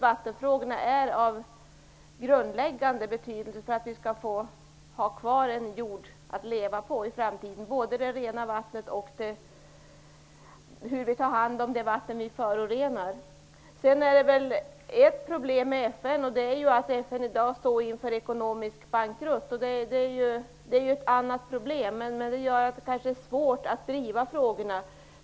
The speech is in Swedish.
Vattenfrågorna är av grundläggande betydelse om vi skall kunna ha kvar en jord att leva på i framtiden. Det handlar både om det rena vattnet och om hur vi tar hand om det vatten vi förorenar. Ett problem är ju att FN i dag står inför ekonomisk bankrutt. Det är ett annat problem, men det gör att det kanske är svårt att driva frågorna.